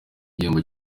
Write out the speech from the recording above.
gihembo